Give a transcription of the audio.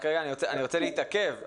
אני רוצה להתעכב.